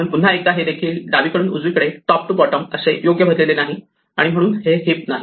म्हणून पुन्हा एकदा हे देखील डावीकडून उजवीकडे टॉप टू बॉटम असे योग्य भरलेले नाही आणि म्हणून हे हीप नाही